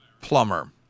plumber